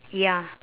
ya